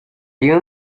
you